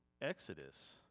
Exodus